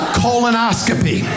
colonoscopy